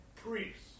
Priests